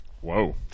Whoa